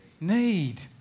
Need